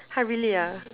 !huh! really ah